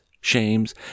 shames